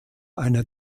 einer